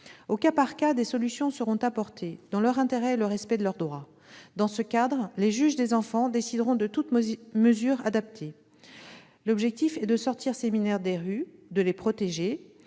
Au cas par cas, des solutions seront apportées, dans leur intérêt et le respect de leurs droits. Dans ce cadre, les juges des enfants décideront de toute mesure adaptée. L'objectif est de sortir ces mineurs des rues et de les protéger.